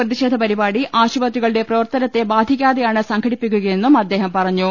പ്രതിഷേധ പരിപാടി ആശുപത്രികളുടെ പ്രവർത്തനത്തെ ബാധിക്കാതെയാണ് സംഘടിപ്പിക്കുകയെന്നും അദ്ദേഹം പറഞ്ഞു